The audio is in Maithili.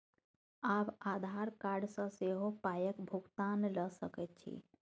आब आधार कार्ड सँ सेहो पायक भुगतान ल सकैत छी